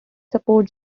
support